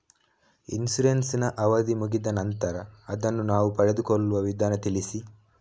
Insurance ನ ಅವಧಿ ಮುಗಿದ ನಂತರ ಅದನ್ನು ನಾವು ಪಡೆದುಕೊಳ್ಳುವ ವಿಧಾನ ತಿಳಿಸಿ?